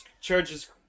charges